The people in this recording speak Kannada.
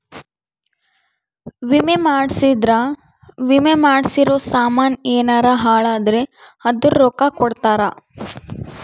ವಿಮೆ ಮಾಡ್ಸಿದ್ರ ವಿಮೆ ಮಾಡ್ಸಿರೋ ಸಾಮನ್ ಯೆನರ ಹಾಳಾದ್ರೆ ಅದುರ್ ರೊಕ್ಕ ಕೊಡ್ತಾರ